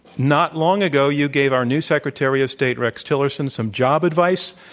not long ago you gave our new secretary of state rex tillerson some job advice.